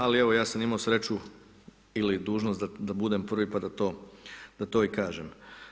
Ali evo ja sam imao sreću ili dužnost da budem prvi pa da to i kažem.